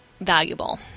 valuable